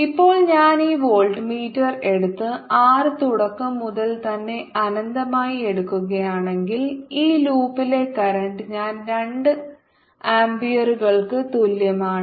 ഇപ്പോൾ ഞാൻ ഈ വോൾട്ട്മീറ്റർ എടുത്ത് R തുടക്കം മുതൽ തന്നെ അനന്തമായി എടുക്കുകയാണെങ്കിൽ ഈ ലൂപ്പിലെ കറന്റ് ഞാൻ 2 ആമ്പിയറുകൾക്ക് തുല്യമാണ്